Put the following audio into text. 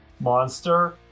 monster